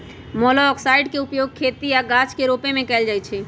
मोलॉक्साइड्स के उपयोग खेती आऽ गाछ रोपे में कएल जाइ छइ